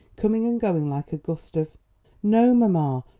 coming and going like a gust of no, mamma,